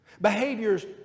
behaviors